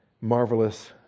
marvelous